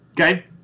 okay